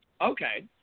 Okay